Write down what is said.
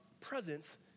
presence